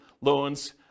loans